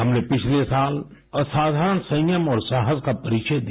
हमने पिछले साल असाधारण संयम और साहस का परिचय दिया